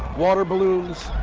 water balloons,